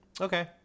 Okay